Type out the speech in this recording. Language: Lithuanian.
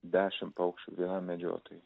dešim paukščių vienam medžiotojui